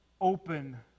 open